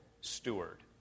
steward